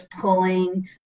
pulling